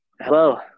Hello